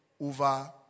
over